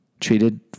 treated